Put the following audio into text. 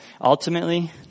Ultimately